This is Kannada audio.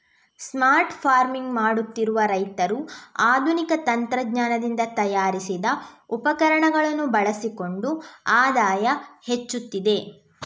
ಸ್ಮಾರ್ಟ್ ಫಾರ್ಮಿಂಗ್ ಮಾಡುತ್ತಿರುವ ರೈತರು ಆಧುನಿಕ ತಂತ್ರಜ್ಞಾನದಿಂದ ತಯಾರಿಸಿದ ಉಪಕರಣಗಳನ್ನು ಬಳಸಿಕೊಂಡು ಆದಾಯ ಹೆಚ್ಚುತ್ತಿದೆ